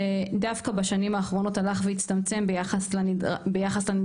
שדווקא בשנים האחרונות הלך והצטמצם ביחס לנדרש,